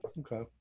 Okay